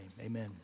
Amen